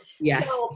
yes